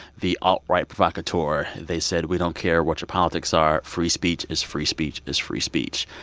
the alt-right provocateur. they said, we don't care what your politics are. free speech is free speech is free speech.